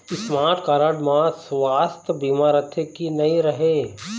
Smart card म सुवास्थ बीमा रथे की नई रहे?